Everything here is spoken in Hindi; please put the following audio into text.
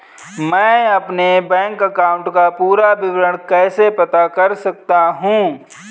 मैं अपने बैंक अकाउंट का पूरा विवरण कैसे पता कर सकता हूँ?